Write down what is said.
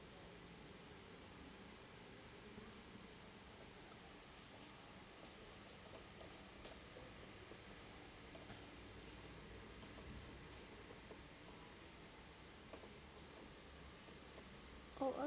oh